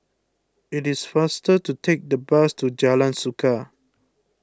it is faster to take the bus to Jalan Suka